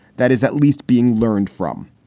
that is at least being learned from.